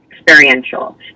experiential